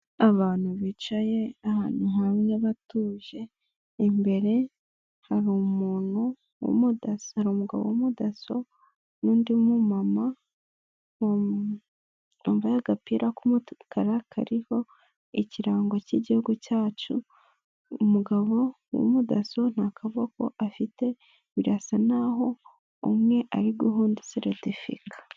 Abantu bicaye ahantu hamwe batuje, imbere hari umuntu, umugabo w'umu DASSO n'undi mu mama wambaye agapira k'umukara, kariho ikirango cy'Igihugu cyacu, umugabo w'umu DASSO nta kaboko afite, birasa n'aho umwe ari guha undi certificate.